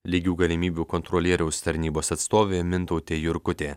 lygių galimybių kontrolieriaus tarnybos atstovė mintautė jurkutė